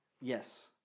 Yes